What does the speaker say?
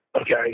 Okay